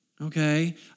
okay